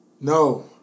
No